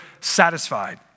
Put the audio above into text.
satisfied